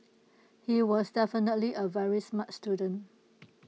he was definitely A very smart student